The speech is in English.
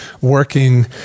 working